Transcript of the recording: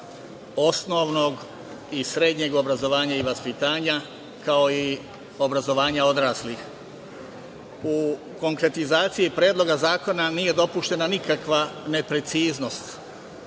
osnovnog i srednjeg obrazovanja i vaspitanja, kao i obrazovanja odraslih. U konkretizaciji Predloga zakona nije dopuštena nikakva nepreciznost,